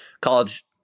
college